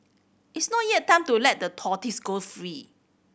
it's not yet time to let the tortoise go free